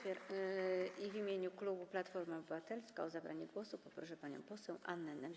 W imieniu klubu Platforma Obywatelska o zabranie głosu poproszę panią poseł Annę Nemś.